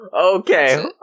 Okay